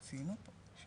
ציינו פה.